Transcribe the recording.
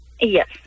Yes